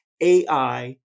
AI